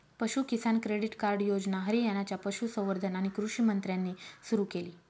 पशु किसान credit card योजना हरियाणाच्या पशुसंवर्धन आणि कृषी मंत्र्यांनी सुरू केली